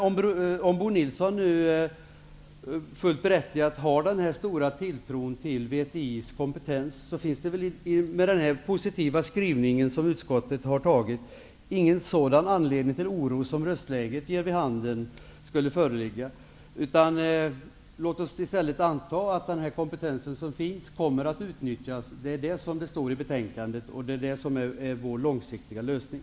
Men om Bo Nilsson fullt berättigat har den här stora tilltron till VTI:s kompetens finns det väl, med den positiva skrivning som utskottet har, ingen sådan anledning till oro som röstläget ger vid handen. Låt oss i stället anta att den kompetens som finns kommer att utnyttjas. Det står i betänkandet, och det är vår långsiktiga lösning.